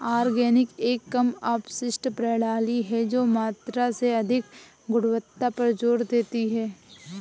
organic एक कम अपशिष्ट प्रणाली है जो मात्रा से अधिक गुणवत्ता पर जोर देती है